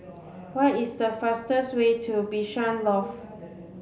what is the fastest way to Bishan Loft